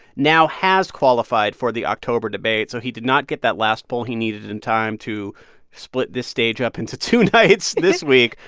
now has qualified for the october debate. so he did not get that last poll he needed in time to split the stage up into two nights this week,